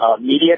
media